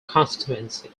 constituency